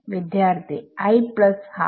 വിദ്യാർത്ഥി i plus half